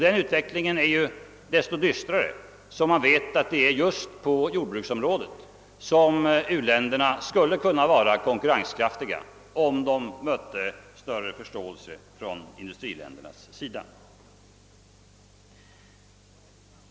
Denna utveckling är desto dystrare som man vet att det är just på jordbruksområdet som u-länderna skulle kunna vara konkurrenskraftiga, om de mötte större förståelse från industriländernas sida.